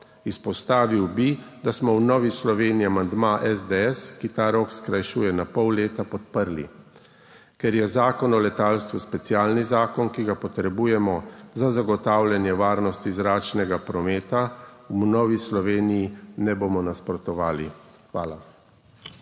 Izpostavil bi, da smo v Novi Sloveniji amandma SDS, ki ta rok skrajšuje na pol leta, podprli. Ker je Zakon o letalstvu specialni zakon, ki ga potrebujemo za zagotavljanje varnosti zračnega prometa, mu v Novi Sloveniji ne bomo nasprotovali. Hvala.